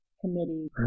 Committee